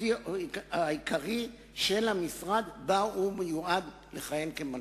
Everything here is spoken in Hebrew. עיקרי של המשרד שבו הוא מיועד לכהן כמנכ"ל.